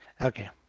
Okay